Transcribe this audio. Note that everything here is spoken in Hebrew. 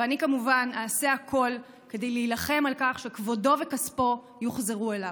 ואני כמובן אעשה הכול כדי להילחם על כך שכבודו וכספו יוחזרו אליו.